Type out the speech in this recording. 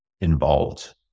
involved